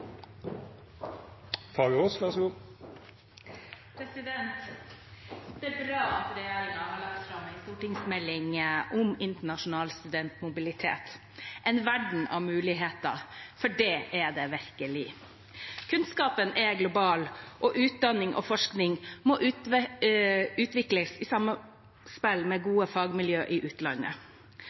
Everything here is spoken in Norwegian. bra at regjeringen har lagt fram en stortingsmelding om internasjonal studentmobilitet, «En verden av muligheter», for det er det virkelig. Kunnskapen er global, og utdanning og forskning må utvikles i samspill med gode fagmiljøer i utlandet.